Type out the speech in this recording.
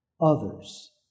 others